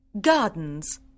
Gardens